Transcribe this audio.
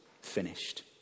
finished